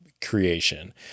creation